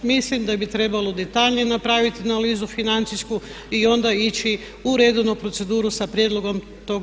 Mislim da bi trebalo detaljnije napraviti analizu financijsku i onda ići u redovnu proceduru sa prijedlogom tog zakona.